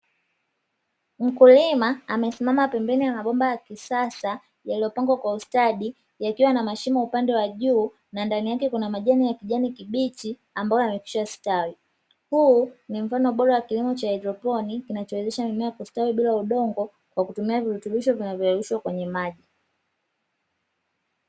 Mkulima amesimama pembeni ya mabomba ya kisasa yaliopangwa kwa ustadi yakiwa na mashimo upande wa juu na ndani yake kuna majani ya kijani kibichi ambayo yamekwisha stawi. Huu ni mfano bora wa kilimo cha hydroponi kinachowezesha mimea kukua na kustawi bila udongo na virutubisho vinavyoyeyushwa kwenye maji.